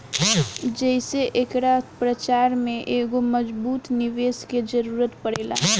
जेइसे एकरा प्रचार में एगो मजबूत निवेस के जरुरत पड़ेला